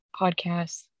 Podcasts